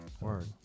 word